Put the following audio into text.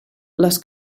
les